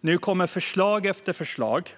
Nu kommer förslag efter förslag